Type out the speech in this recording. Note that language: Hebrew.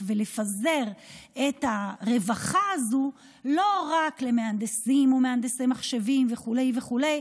ולפזר את הרווחה הזו לא רק למהנדסים או מהנדסי מחשבים וכו' וכו',